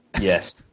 Yes